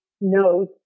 knows